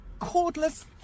Cordless